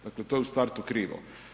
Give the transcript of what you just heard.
Dakle, to je u startu krivo.